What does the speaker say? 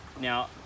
Now